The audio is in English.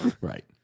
Right